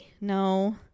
no